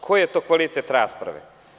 Koji je to kvalitet rasprave?